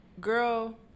Girl